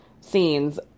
scenes